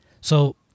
So-